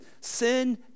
sin